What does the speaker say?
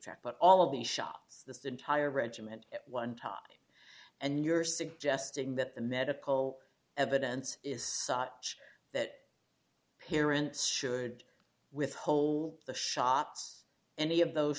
track but all of the shops the entire regiment at one time and you're suggesting that the medical evidence is such that parents should with whole the shots any of those